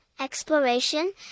exploration